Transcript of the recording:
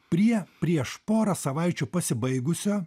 prie prieš porą savaičių pasibaigusio